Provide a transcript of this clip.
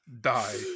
die